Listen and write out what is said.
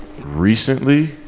recently